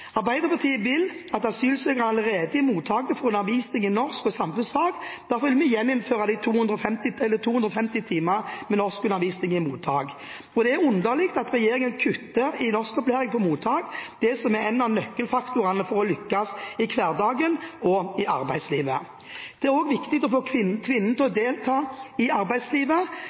Arbeiderpartiet vil at asylsøkerne allerede i mottak får undervisning i norsk og samfunnsfag. Derfor vil vi gjeninnføre 250 timer med norskundervisning i mottak. Det er underlig at regjeringen kutter i norskopplæring på mottak – det som er en av nøkkelfaktorene for å lykkes i hverdagen og i arbeidslivet. Det er også viktig å få kvinner til å delta i arbeidslivet,